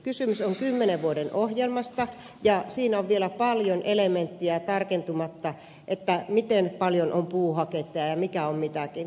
kysymys on kymmenen vuoden ohjelmasta ja siinä on vielä paljon elementtejä tarkentumatta miten paljon on puuhaketta ja mikä on mitäkin